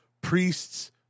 priests